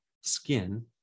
skin